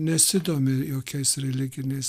nesidomi jokiais religiniais